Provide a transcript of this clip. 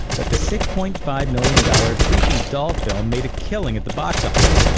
but the six point five million dollars creepy doll film made a killing at the box office.